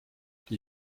die